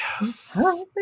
Yes